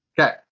Okay